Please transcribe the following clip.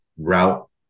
Route